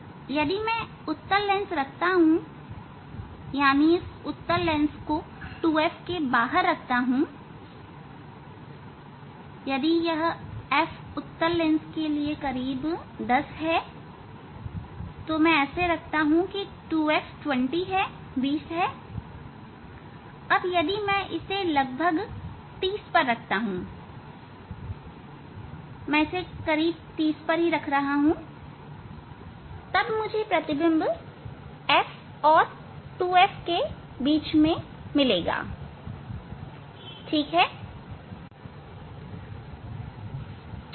यदि मैं उत्तल लेंस रखता हूं यदि मैं उत्तल लेंस 2f के बाहर रखता हूं यदि यह f उत्तल लेंस के लिए लगभग 10 है यदि मैं ऐसा रखता हूं तो 2f 20 है अब यदि मैं इसे लगभग 30 से दूर रखता हूं मैं इसे करीब 30 रखता हूं और तब मुझे प्रतिबिंब f और 2f के बीच मिलेगा